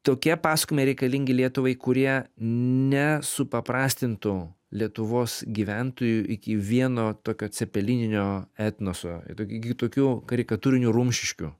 tokie pasakojimai reikalingi lietuvai kurie nesupaprastintų lietuvos gyventojų iki vieno tokio cepelininio etnoso iki tokių karikatūrinių rumšiškių